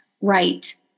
right